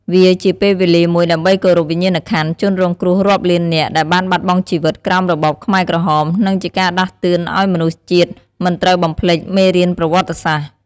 វាជាពេលវេលាមួយ ដើម្បីគោរពវិញ្ញាណក្ខន្ធជនរងគ្រោះរាប់លាននាក់ដែលបានបាត់បង់ជីវិតក្រោមរបបខ្មែរក្រហម និងជាការដាស់តឿនឲ្យមនុស្សជាតិមិនត្រូវបំភ្លេចមេរៀនប្រវត្តិសាស្ត្រ។